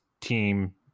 team